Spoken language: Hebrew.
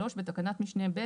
בתקנת משנה (ב),